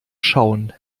schauen